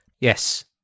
Yes